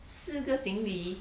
四个行李